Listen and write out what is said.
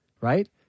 right